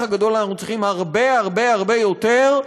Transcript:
הגדול אנחנו צריכים הרבה הרבה הרבה יותר,